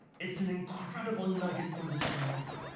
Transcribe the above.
it's an incredible nugget from this parable.